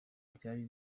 ryari